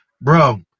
bro